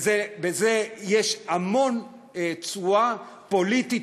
בזה יש המון תשואה פוליטית,